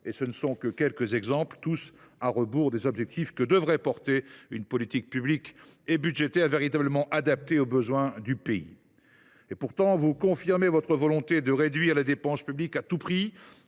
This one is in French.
chômeurs, ce qui est à rebours des objectifs que devrait viser une politique publique et budgétaire véritablement adaptée aux besoins du pays. Et pourtant, vous confirmez votre volonté de réduire la dépense publique à tout prix ;